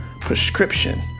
prescription